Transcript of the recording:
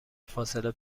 فاصله